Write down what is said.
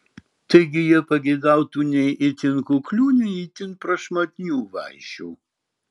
taigi jie pageidautų nei itin kuklių nei itin prašmatnių vaišių